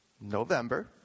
November